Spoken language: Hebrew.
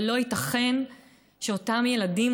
אבל לא ייתכן שאותם ילדים,